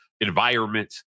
environment